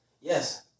Yes